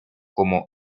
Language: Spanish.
como